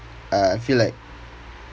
uh I feel like